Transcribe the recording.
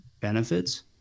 benefits